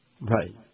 Right